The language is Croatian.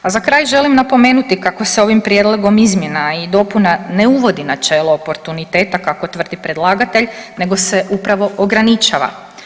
A za kraj želim napomenuti kako se ovim Prijedlogom izmjena i dopuna ne uvodi načelo oportuniteta, kako tvrdi predlagatelj nego se upravo ograničava.